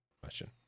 question